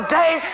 day